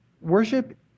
Worship